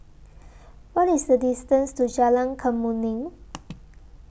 What IS The distance to Jalan Kemuning